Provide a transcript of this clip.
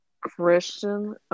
Christian